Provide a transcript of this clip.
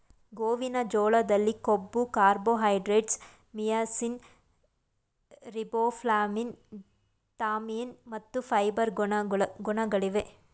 ಗೋವಿನ ಜೋಳದಲ್ಲಿ ಕೊಬ್ಬು, ಕಾರ್ಬೋಹೈಡ್ರೇಟ್ಸ್, ಮಿಯಾಸಿಸ್, ರಿಬೋಫ್ಲಾವಿನ್, ಥಯಾಮಿನ್ ಮತ್ತು ಫೈಬರ್ ನ ಗುಣಗಳಿವೆ